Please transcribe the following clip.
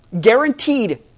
Guaranteed